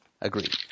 Agreed